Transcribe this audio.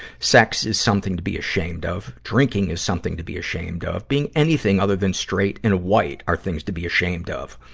sex is something to be ashamed of. drinking is something to be ashamed of. being anything other than straight and white are things to be ashamed of.